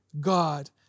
God